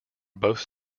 both